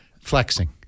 Flexing